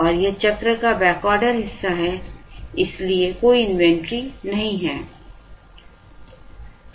और यह चक्र का बैकऑर्डर हिस्सा है इसलिए कोई इन्वेंट्री नहीं है